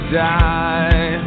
die